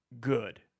Good